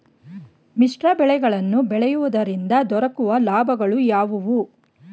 ಮಿಶ್ರ ಬೆಳೆಗಳನ್ನು ಬೆಳೆಯುವುದರಿಂದ ದೊರಕುವ ಲಾಭಗಳು ಯಾವುವು?